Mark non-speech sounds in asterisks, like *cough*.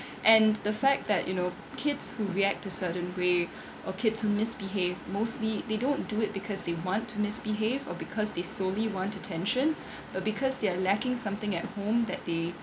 and the fact that you know kids react a certain way or kids misbehave mostly they don't do it because they want to misbehave or because they solely want attention *breath* but because they are lacking something at home that they